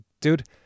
dude